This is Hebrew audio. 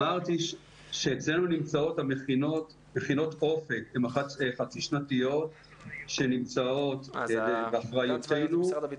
אמרתי שאצלנו נמצאות מכינות אופק שהן חצי-שנתיות והן באחריותנו,